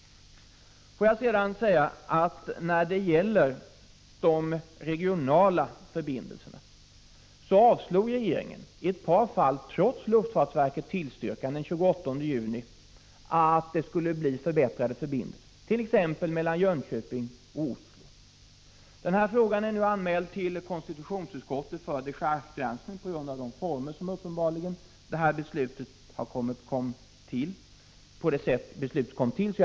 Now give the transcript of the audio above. När det gäller de regionala förbindelserna avslog regeringen i ett par fall, trots luftfartsverkets tillstyrkan, den 28 juni förslag om förbättrade förbindelser t.ex. mellan Jönköping och Oslo. Den här frågan är nu anmäld till konstitutionsutskottet för dechargegranskning på grund av det sätt beslutet kom till på.